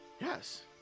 Yes